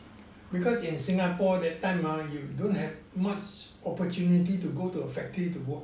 because in singapore that time ah you don't have much opportunity to go to factory to work